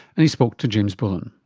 and he spoke to james bullen.